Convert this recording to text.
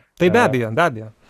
tai be abejo be abejo